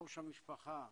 ראש המשפחה,